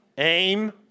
Aim